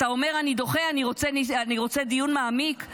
אתה אומר: אני דוחה, אני רוצה דיון מעמיק.